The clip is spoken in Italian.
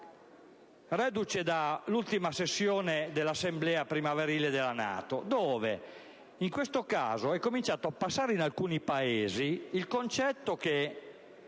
- dall'ultima sessione dell'Assemblea primaverile della NATO, dove ho rilevato che è cominciato a passare in alcuni Paesi il concetto che,